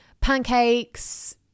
pancakes